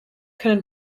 können